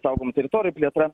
saugomų teritorijų plėtra